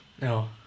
No